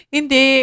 Hindi